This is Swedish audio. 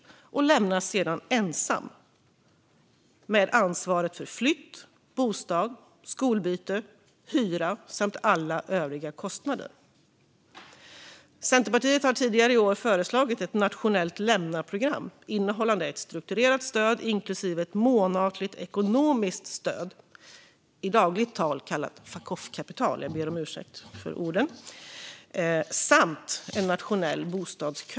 Hon lämnas sedan ensam med ansvar för flytt, bostad, skolbyte, hyra samt alla övriga kostnader. Centerpartiet har tidigare i år föreslagit ett nationellt lämnaprogram innehållande ett strukturerat stöd inklusive ett månatligt ekonomiskt stöd, i dagligt tal kallat fuck off-kapital - jag ber om ursäkt för ordvalet - samt en nationell bostadskö.